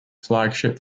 flagship